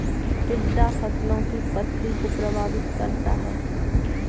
टिड्डा फसलों की पत्ती को प्रभावित करता है